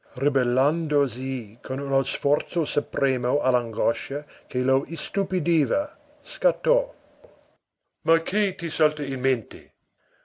ribellandosi con uno sforzo supremo all'angoscia che lo istupidiva scattò ma che ti salta in mente